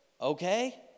okay